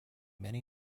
many